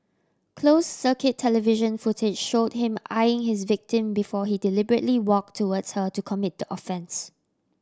closed circuit television footage showed him eyeing his victim before he deliberately walked towards her to commit the offence